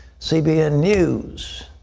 cbn news,